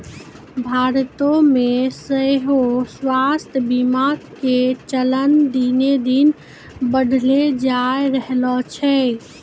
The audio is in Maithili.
भारतो मे सेहो स्वास्थ्य बीमा के चलन दिने दिन बढ़ले जाय रहलो छै